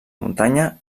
muntanya